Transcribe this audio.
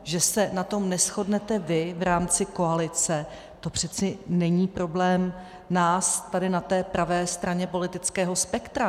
Že se na tom neshodnete vy v rámci koalice, to přece není problém nás tady na té pravé straně politického spektra.